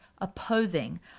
opposing